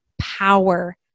power